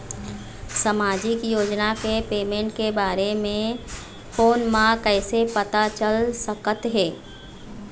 सामाजिक योजना के पेमेंट के बारे म फ़ोन म कइसे पता चल सकत हे?